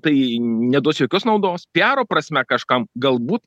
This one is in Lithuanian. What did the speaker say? tai neduos jokios naudos pijaro prasme kažkam galbūt